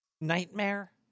nightmare